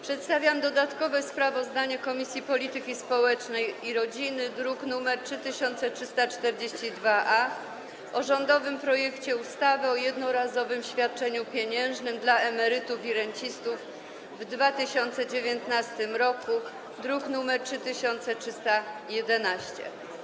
Przedstawiam dodatkowe sprawozdanie Komisji Polityki Społecznej i Rodziny, druk nr 3342-A, o rządowym projekcie ustawy o jednorazowym świadczeniu pieniężnym dla emerytów i rencistów w 2019 r., druk nr 3311.